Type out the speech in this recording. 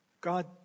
God